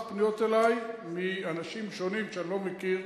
פניות אלי מאנשים שונים שאני לא מכיר,